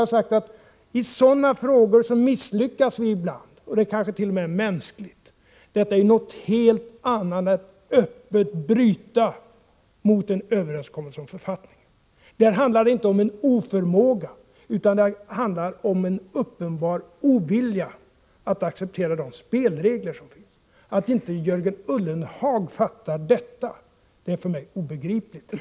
Jag har sagt: I sådana frågor misslyckas ni ibland. Det är kanske t.o.m. mänskligt. Det är något helt annat än att öppet bryta mot en överenskommelse om författning en. Där handlar det inte om oförmåga utan om en uppenbar ovilja att acceptera de spelregler som finns. Det är för mig obegripligt att inte Jörgen Ullenhag fattar detta.